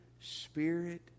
spirit